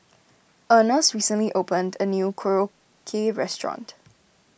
Ernest recently opened a new Korokke restaurant